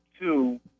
two